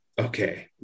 okay